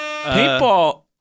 Paintball